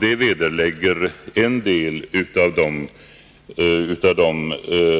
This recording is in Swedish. Det vederlägger en del av de